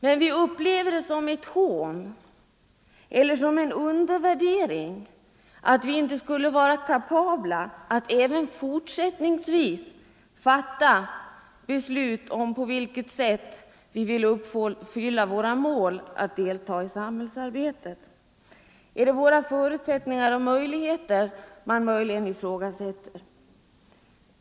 Men vi upplever det som ett hån eller en undervärdering när man tror att vi inte skulle vara kapabla att även fortsättningsvis fatta beslut i frågan, på vilket sätt vi vill uppfylla vårt mål att delta i samhällsarbetet. Är det kanske våra förutsättningar och möjligheter man ifrågasätter?